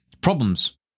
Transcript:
problems